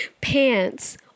pants